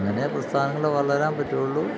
അങ്ങനെയെ പ്രസ്ഥാനങ്ങള് വളരാൻ പറ്റുകയുള്ളൂ